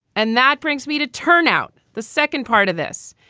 and that brings me to turnout. the second part of this.